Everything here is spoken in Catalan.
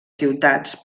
ciutats